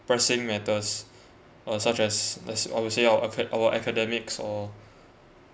pressing matters uh such as as I would say our aca~ our academics or